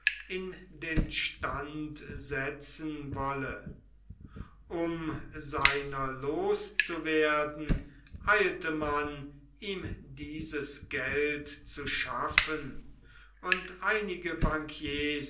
in den stand setzen wolle um seiner los zu werden eilte man ihm dieses geld zu schaffen und einige